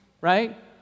right